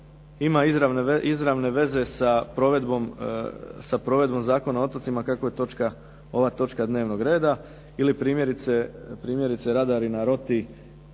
ima izravne veze sa provedbom Zakona o otocima kako je ova točka dnevnog reda ili primjerice radari na Roti